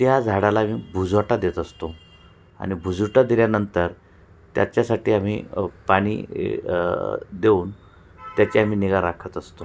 त्या झाडाला आम्ही भुजवटा देत असतो आनि भुजुटा दिल्यानंतर त्याच्यासाठी आम्ही पाणी देऊन त्याची आम्ही निगा राखत असतो